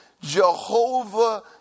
Jehovah